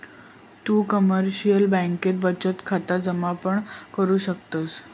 तु कमर्शिअल बँकेत बचत खाता जमा पण करु शकतस